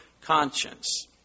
conscience